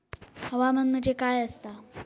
हवामान म्हणजे काय असता?